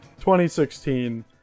2016